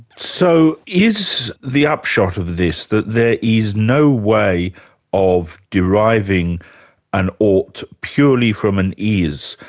so is the upshot of this that there is no way of deriving an ought purely from an is,